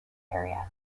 area